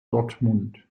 dortmund